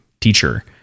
teacher